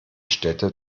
städte